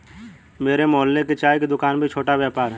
मेरे मोहल्ले की चाय की दूकान भी छोटा व्यापार है